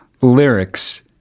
lyrics